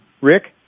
Rick